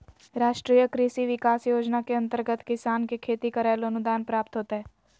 राष्ट्रीय कृषि विकास योजना के अंतर्गत किसान के खेती करैले अनुदान प्राप्त होतय